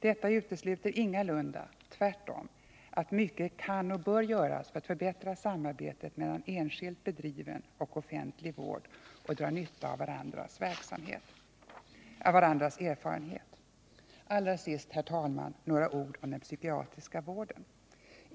Detta utesluter ingalunda — tvärtom — att mycket kan och bör göras för att förbättra samarbetet mellan enskilt bedriven och offentlig vård och dra nytta av varandras erfarenheter. Allra sist, herr talman, några ord om den psykiatriska vården.